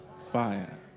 Fire